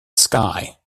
sky